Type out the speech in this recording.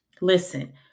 Listen